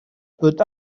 put